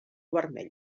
vermell